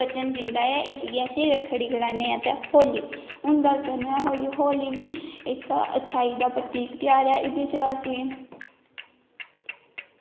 वचन दिंदा ऐ इसी अस रक्खड़ी गलाने आं ते होली हून गल्ल करने आं होली होली बी इक अच्छाई दा प्रतीक ध्यार ऐ एह्दे च असें ई